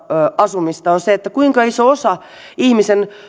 asumista on se kuinka iso osa ihmisen